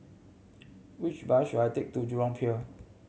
which bus should I take to Jurong Pier